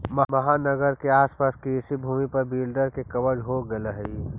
महानगर के आस पास कृषिभूमि पर भी बिल्डर के कब्जा हो गेलऽ हई